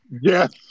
Yes